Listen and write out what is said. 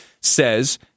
says